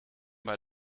bei